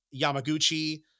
Yamaguchi